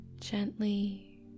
gently